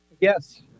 Yes